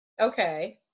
Okay